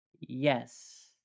Yes